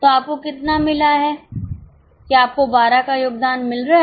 तो आपको कितना मिला है क्या आपको 12 का योगदान मिल रहा है